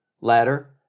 ladder